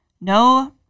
no